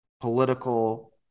political